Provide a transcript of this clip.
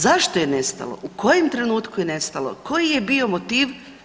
Zašto je nestalo, u kojem trenutku je nestalo, koji je bio motiv?